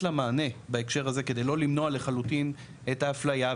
לה מענה בהקשר הזה כדי לא למנוע לחלוטין את האפליה,